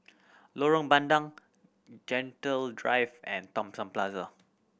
Lorong Bandang Gentle Drive and Thomson Plaza